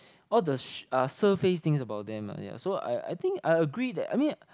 all the sh~ surface things about them lah yeah so I I think I agree that I mean